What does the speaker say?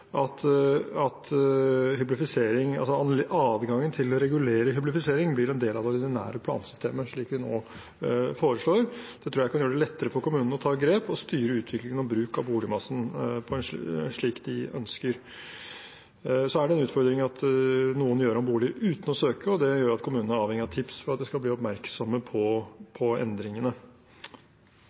at adgangen til å regulere hyblifisering blir en del av det ordinære plansystemet, slik vi nå foreslår. Det tror jeg kan gjøre det lettere for kommunene å ta grep og styre utviklingen og bruken av boligmassen slik de ønsker. Så er det en utfordring at noen gjør om bolig uten å søke, og det gjør at kommunene er avhengig av tips for at de skal bli oppmerksomme på endringene. «Nylig kunne vi lese om en 57 år gammel renholder på